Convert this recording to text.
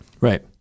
Right